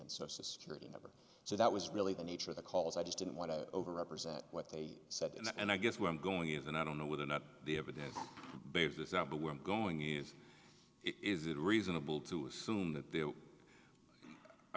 and social security number so that was really the nature of the calls i just didn't want to overrepresent what they said and i guess what i'm going even i don't know whether or not the evidence bears this out but where i'm going is is it reasonable to assume that they're i